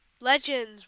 legends